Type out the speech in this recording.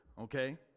okay